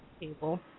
table